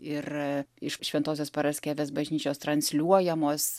ir iš šventosios paraskevės bažnyčios transliuojamos